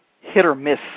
hit-or-miss